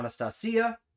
anastasia